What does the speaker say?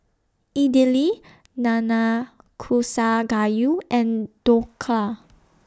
Idili Nanakusa Gayu and Dhokla